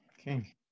Okay